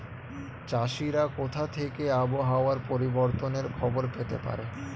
চাষিরা কোথা থেকে আবহাওয়া পরিবর্তনের খবর পেতে পারে?